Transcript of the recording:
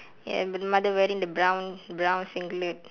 ya and the mother wearing the brown brown singlet